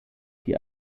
die